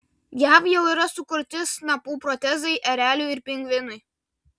jav jau yra sukurti snapų protezai ereliui ir pingvinui